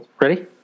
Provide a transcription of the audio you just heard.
Ready